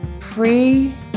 free